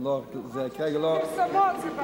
יש עכשיו פרסומות.